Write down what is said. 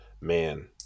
man